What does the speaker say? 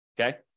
okay